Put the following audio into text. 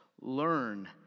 learn